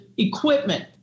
Equipment